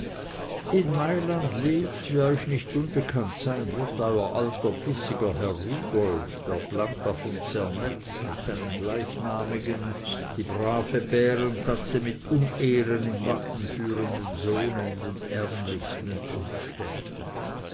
in mailand lebt wie euch nicht unbekannt sein wird euer alter bissiger herr rudolf der planta von zernetz mit seinem gleichnamigen die brave bärentatze mit unehren im wappen führenden sohne in den ärmlichsten umständen